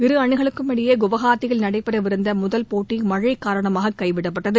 இரு அணிகளுக்கும் இடையே குவஹாத்தியில் நடைபெறவிருந்த முதல் போட்டி மழை காரணமாக கைவிடப்பட்டது